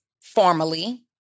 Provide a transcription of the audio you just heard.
formally